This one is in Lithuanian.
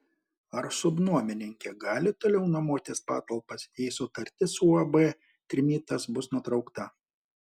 ar subnuomininkė gali toliau nuomotis patalpas jei sutartis su uab trimitas bus nutraukta